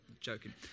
joking